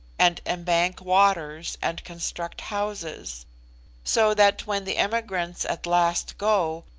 and embank waters, and construct houses so that when the emigrants at last go,